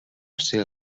ser